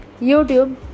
YouTube